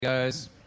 guys